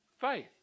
faith